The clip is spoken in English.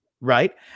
right